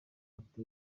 ati